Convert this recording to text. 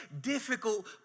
difficult